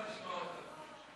באתי במיוחד לשמוע אותך.